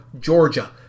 Georgia